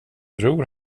bror